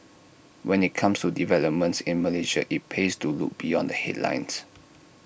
when IT comes to developments in Malaysia IT pays to look beyond the headlines